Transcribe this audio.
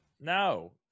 No